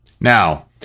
Now